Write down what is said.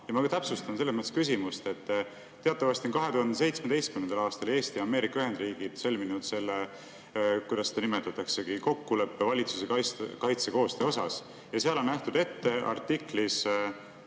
sedasama. Ma täpsustan selles mõttes küsimust, et teatavasti on 2017. aastal Eesti ja Ameerika Ühendriigid sõlminud sellise, kuidas seda nimetataksegi, kokkuleppe valitsuse kaitsekoostöö kohta ja seal on artiklis